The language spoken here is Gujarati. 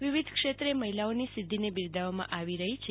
વિવિધક્ષેત્રે મહિલાઓની સિઘ્ઘિને બિરદાવવામાં આવી રહી છે